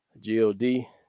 G-O-D